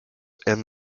and